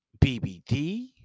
bbd